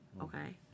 okay